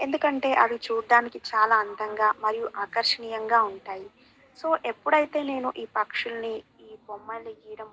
ఎందుకంటే అవి చూడడానికి చాలా అందంగా మరియు ఆకర్షణీయంగా ఉంటాయి సో ఎప్పుడైతే నేను ఈ పక్షుల్ని ఈ బొమ్మలని గీయడం మొదలుపెట్టానో